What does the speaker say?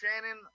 Shannon